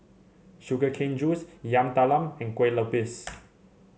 Sugar Cane Juice Yam Talam and Kue Lupis